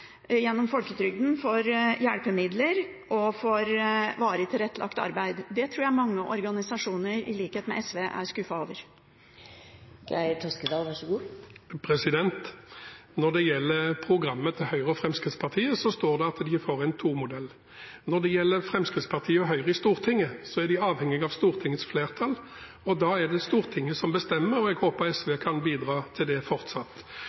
gjennom folketrygden – for hjelpemidler og for varig tilrettelagt arbeid. Det tror jeg mange organisasjoner, i likhet med SV, er skuffet over. Når det gjelder programmet til Høyre og Fremskrittspartiet, står det at de er for en tonivåmodell. Når det gjelder Fremskrittspartiet og Høyre i Stortinget, er de avhengige av Stortingets flertall, og da er det Stortinget som bestemmer. Jeg håper SV kan bidra til det fortsatt.